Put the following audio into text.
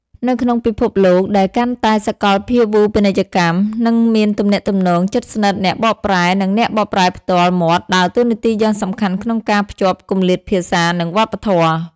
នៅក្នុងពិភពលោកដែលកាន់តែសកលភាវូបនីយកម្ម និងមានទំនាក់ទំនងជិតស្និទ្ធ អ្នកបកប្រែ និងអ្នកបកប្រែផ្ទាល់មាត់ដើរតួនាទីយ៉ាងសំខាន់ក្នុងការភ្ជាប់គម្លាតភាសា និងវប្បធម៌។